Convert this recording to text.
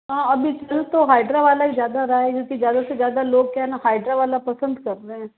हाँ अभी चल तो हाइड्रा वाला ही ज़्यादा रहा है क्योंकि ज़्यादा से ज़्यादा लोग क्या है न हाइड्रा वाला पसंद कर रहे हैं